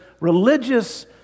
religious